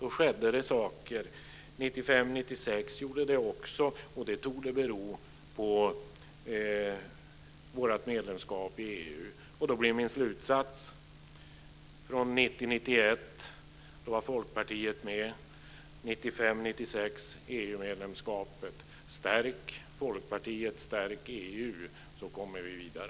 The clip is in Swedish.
Det gjorde det 1995-1996 också, och det torde bero på Sveriges medlemskap i EU. Då blir min slutsats denna: 1990-1991 var Folkpartiet med. 1995-1996 kom EU-medlemskapet. Stärk Folkpartiet och stärk EU så kommer vi vidare!